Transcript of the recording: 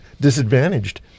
disadvantaged